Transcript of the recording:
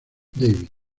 davis